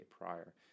prior